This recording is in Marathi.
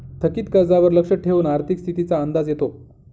थकीत कर्जावर लक्ष ठेवून आर्थिक स्थितीचा अंदाज येतो